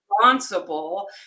responsible